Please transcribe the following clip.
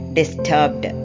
disturbed